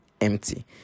empty